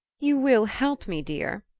you will help me, dear?